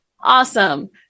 awesome